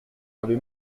l’avez